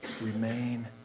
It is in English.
remain